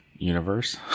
universe